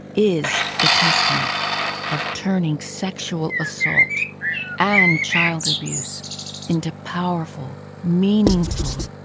is the testament of turning sexual assault and child abuse into powerful, meaningful,